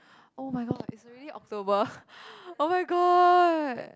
oh my god it's already October oh my god